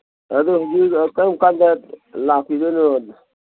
ꯑꯗꯨ ꯍꯧꯖꯤꯛ ꯀꯔꯝꯀꯥꯟꯗ ꯂꯥꯛꯄꯤꯗꯣꯏꯅꯣ